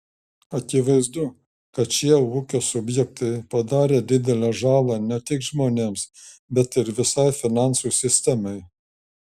akivaizdu kad šie ūkio subjektai padarė didelę žalą ne tik žmonėms bet ir visai finansų sistemai